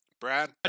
Brad